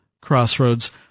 Crossroads